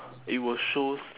it will shows